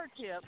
tip